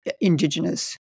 Indigenous